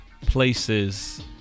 places